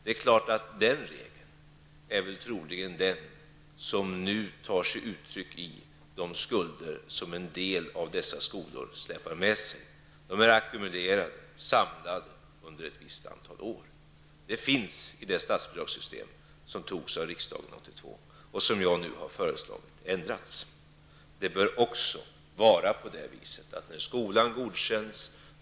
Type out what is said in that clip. Troligen är det den regeln som är orsaken till de skulder som en del av dessa skolor släpar med sig och som har ackumulerats under ett antal år. Den regeln finns alltså i det statsbidragssystem som riksdagen fattade beslut om år 1982 och som jag nu föreslagit skall ändras.